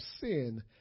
sin